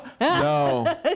no